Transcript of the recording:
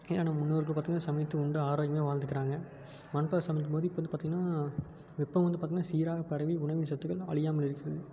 ஏன்னால் நம்ம முன்னோர்கள் பார்த்தீங்கன்னா சமைத்து உண்டு ஆரோக்கியமாக வாழ்ந்திருக்காங்க மண் பாத்திரம் சமைக்கும் போது இப்போ வந்து பார்த்தீங்கனா வெப்பம் வந்து பார்த்தீங்கனா சீராக பரவி உணவின் சத்துகள் அழியாமல் இருக்கிறது